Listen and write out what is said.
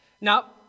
Now